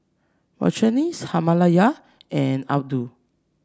Victorinox Himalaya and Aldo